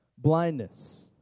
blindness